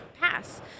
pass